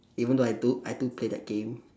even though I do I do play that game